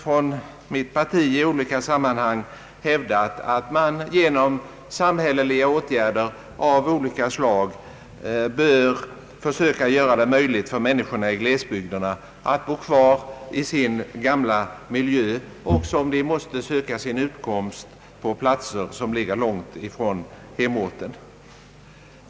Från mitt parti har vi i olika sammanhang hävdat att man genom samhälleliga åtgärder av olika slag bör försöka göra det möjligt för människorna i glesbygderna att bo kvar i sin gamla miljö, även om de måste söka sin utkomst på platser som ligger långt ifrån hemorten.